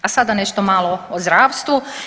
A sada nešto malo o zdravstvu.